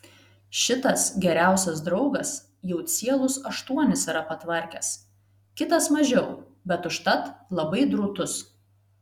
šitas geriausias draugas jau cielus aštuonis yra patvarkęs kitas mažiau bet užtat labai drūtus